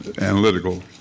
analytical